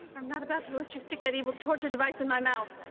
i'm not about to let you stick that evil torture device in my mouth.